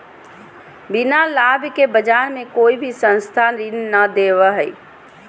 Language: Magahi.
बिना लाभ के बाज़ार मे कोई भी संस्था ऋण नय देबो हय